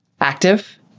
active